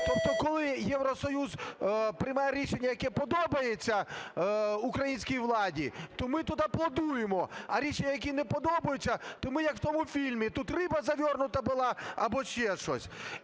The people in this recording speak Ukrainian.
Тобто, коли Євросоюз приймає рішення, яке подобається українській владі, то ми тут аплодуємо. А рішення, які не подобаються, то ми, як в тому фільмі: "Тут рыба завернута была". Або ще щось.